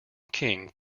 king